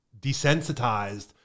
desensitized